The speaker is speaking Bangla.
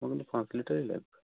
ওই পাঁচ লিটারই লাগবে